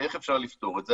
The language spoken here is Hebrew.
ואיך אפשר לפתור את זה?